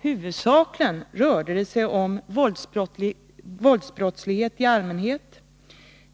Huvudsakligen rörde det sig om våldsbrottslighet i allmänhet.